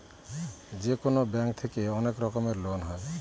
যেকোনো ব্যাঙ্ক থেকে অনেক রকমের লোন হয়